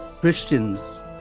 Christians